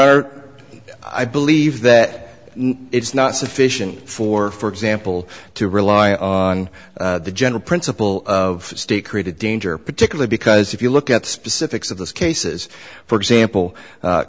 are i believe that it's not sufficient for for example to rely on the general principle of state created danger particularly because if you look at the specifics of those cases for example